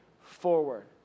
forward